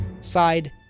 Side